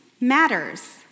matters